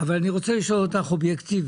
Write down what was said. אבל אני רוצה לשאול אותך אובייקטיבית.